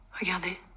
Regardez